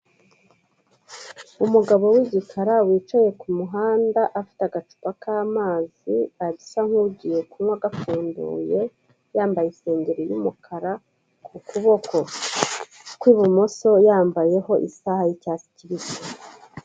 Umugabo w'igikara wicaye ku muhanda afite agacupa k'amazi, arasa nkugiye kunywa gapfunduye, yambaye isengeri y'umukara, ku kuboko kw'ibumoso yambayeho isaha y'icyatsi kibisi.